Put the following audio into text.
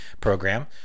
program